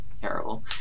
terrible